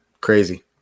Crazy